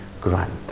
Grant